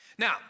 Now